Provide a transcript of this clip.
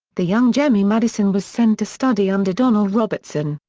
the young jemmy madison was sent to study under donald robertson,